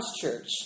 church